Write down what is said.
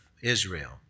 Israel